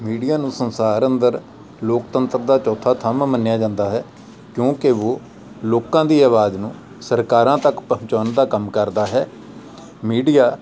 media ਨੂੰ ਸੰਸਾਰ ਅੰਦਰ ਲੋਕਤੰਤਰ ਦਾ ਚੌਥਾ ਥੰਮ ਮੰਨਿਆ ਜਾਂਦਾ ਹੈ ਕਿਉਂਕਿ ਉਹ ਲੋਕਾਂ ਦੀ ਆਵਾਜ਼ ਨੂੰ ਸਰਕਾਰਾਂ ਤੱਕ ਪਹੁੰਚਾਉਣ ਦਾ ਕੰਮ ਕਰਦਾ ਹੈ ਮੀਡੀਆ